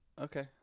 okay